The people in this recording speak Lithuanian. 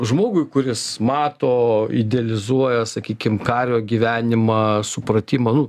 žmogui kuris mato idealizuoja sakykim kario gyvenimą supratimą nu